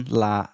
la